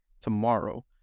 tomorrow